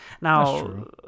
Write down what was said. now